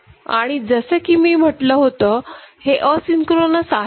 आणि जसं की मी म्हटलं होतं हे असिंक्रोनस आहे